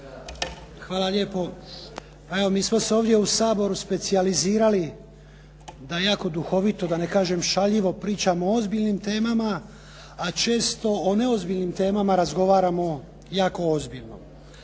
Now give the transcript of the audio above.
Hvala lijepo. Evo mi smo se ovdje u Saboru specijalizirali da jako duhovito da ne kažem šaljivo pričamo o ozbiljnim temama a često o neozbiljnim temama razgovaramo jako ozbiljno.